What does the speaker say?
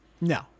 No